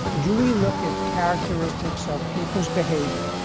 do we look at characteristics of people's behavior,